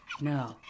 No